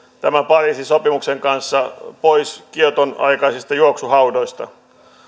tämän pariisin sopimuksen kanssa pois kioton aikaisista juoksuhaudoista